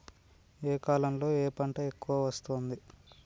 ఏ కాలంలో ఏ పంట ఎక్కువ వస్తోంది?